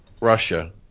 Russia